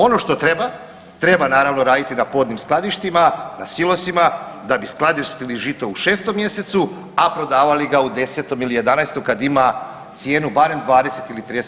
Ono što treba, treba naravno raditi na podnim skladištima, na silosima da bi skladištili žito u 6. mjesecu, a prodavali ga u 10. ili 11. kad ima cijenu barem 20 ili 30 puta višu.